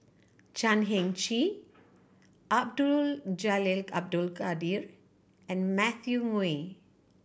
Chan Heng Chee Abdul Jalil Abdul Kadir and Matthew Ngui